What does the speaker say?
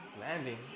Landing